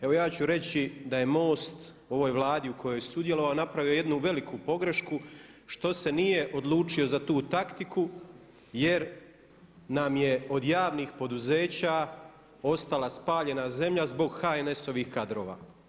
Evo ja ću reći da je MOST ovoj Vladi u kojoj je sudjelovao napravio jednu veliku pogrešku što se nije odlučio za tu taktiku jer nam je od javnih poduzeća ostala spaljena zemlja zbog HNS-ovih kadrova.